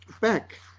back